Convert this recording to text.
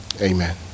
Amen